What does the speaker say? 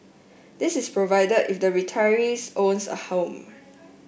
this is provided if the retirees owns a home